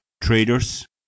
Traders